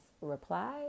reply